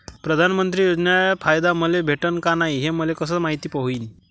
प्रधानमंत्री योजनेचा फायदा मले भेटनं का नाय, हे मले कस मायती होईन?